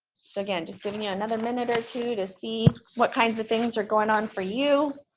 again, just give me another minute or two to see what kinds of things are going on for you.